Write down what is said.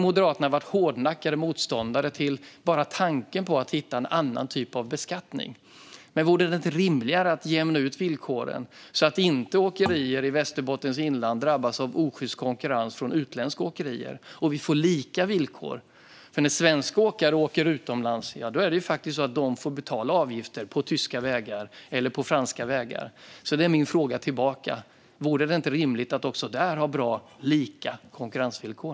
Moderaterna har varit hårdnackade motståndare till blotta tanken på att hitta en annan typ av beskattning. Vore det inte rimligare att jämna ut villkoren, så att inte åkerier i Västerbottens inland drabbas av osjyst konkurrens från utländska åkerier och vi får lika villkor? När svenska åkare kör utomlands får de faktiskt betala avgifter på tyska eller franska vägar. Därför blir min fråga tillbaka: Vore det inte rimligt att också där ha bra och lika konkurrensvillkor?